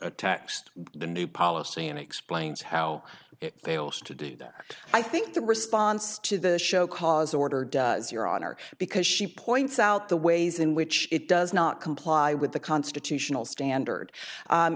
attacks the new policy and explains how it fails to do that i think the response to the show cause order does your honor because she points out the ways in which it does not comply with the constitutional standard